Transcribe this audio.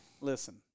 Listen